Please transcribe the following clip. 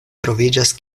troviĝas